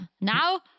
Now